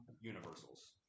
universals